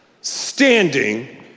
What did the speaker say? standing